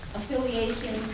affiliations,